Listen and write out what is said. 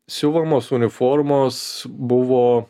siuvamos uniformos buvo